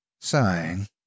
Sighing